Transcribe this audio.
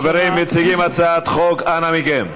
יציג את הצעת החוק חבר הכנסת עודד פורר.